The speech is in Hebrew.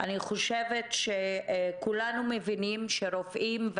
אני חושבת שכולנו מבינים שרופאים,